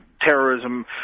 terrorism